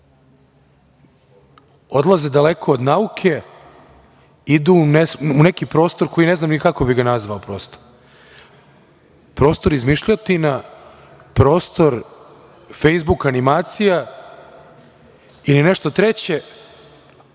odlaze daleko od nauke, idu u neki prostor koji ne znam ni kako bih ga nazvao prosto, prostor izmišljotina, prostor Fejsbuk animacija, ili nešto treće,